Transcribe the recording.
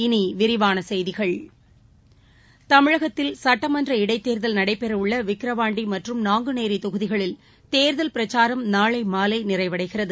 இனிவிரிவானசெய்திகள் தமிழகத்தில் சட்டமன்ற இடத்தேர்தல் நடைபெறவுள்ளவிக்கிரவாண்டிமற்றும் நாங்குநேரிதொகுதிகளில் தேர்தல் பிரச்சாரம் நாளைமாலைநிறைவடைகிறது